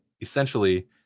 essentially